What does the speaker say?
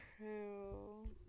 true